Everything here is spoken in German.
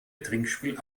trinkspiel